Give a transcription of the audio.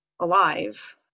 alive